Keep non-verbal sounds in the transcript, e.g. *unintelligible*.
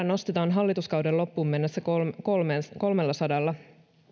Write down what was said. *unintelligible* nostetaan hallituskauden loppuun mennessä kolmellasadalla